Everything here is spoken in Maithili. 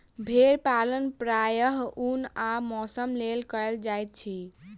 भेड़ पालन प्रायः ऊन आ मौंसक लेल कयल जाइत अछि